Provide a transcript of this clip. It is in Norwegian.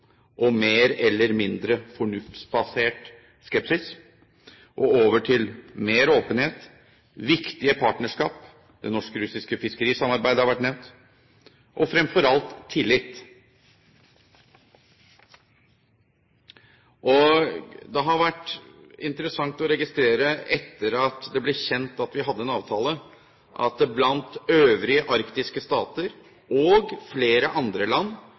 og mer eller mindre fornuftsbasert skepsis over til mer åpenhet, viktige partnerskap – det norsk-russiske fiskerisamarbeidet har vært nevnt – og fremfor alt tillit. Det har vært interessant, etter at det ble kjent at vi hadde en avtale, å registrere at det blant øvrige arktiske stater og flere andre land